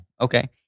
Okay